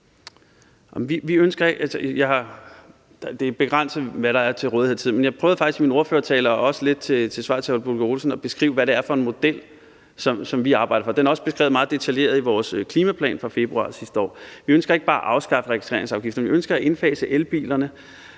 faktisk i min ordførertale og også lidt i svaret til hr. Ole Birk Olesen at beskrive, hvad det er for en model, vi arbejder for. Den er også beskrevet meget detaljeret i vores klimaplan fra februar sidste år. Vi ønsker ikke bare at afskaffe registreringsafgifterne, vi ønsker at indfase elbilerne